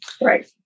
Right